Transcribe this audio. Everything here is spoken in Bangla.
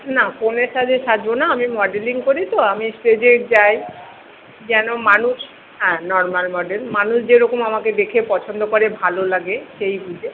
না কনে সাজে সাজবনা আমি মডেলিং করি তো আমি স্টেজে যাই যেন মানুষ হ্যাঁ নর্মাল মডেল মানুষ যেরকম আমাকে দেখে পছন্দ করে ভালো লাগে সেই বুঝে